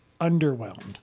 underwhelmed